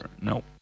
Nope